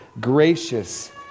gracious